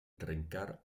trencar